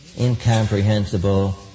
incomprehensible